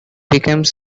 became